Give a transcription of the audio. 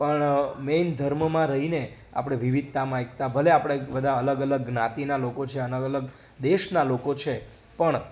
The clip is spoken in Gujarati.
પણ મેન ધર્મમાં રહીને આપણે વિવિધતામાં એકતા ભલે આપણે બધા અલગ અલગ જ્ઞાતિનાં લોકો છે અલગ અલગ દેશનાં લોકો છે પણ